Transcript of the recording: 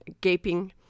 gaping